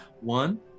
One